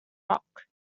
rock